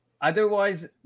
Otherwise